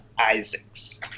Isaacs